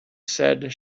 said